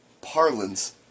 parlance